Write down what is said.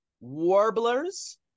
warblers